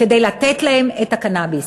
כדי לתת להם את הקנאביס.